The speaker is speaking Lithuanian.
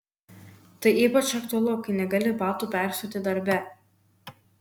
tai ypač aktualu kai negali batų persiauti darbe